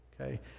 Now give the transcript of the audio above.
okay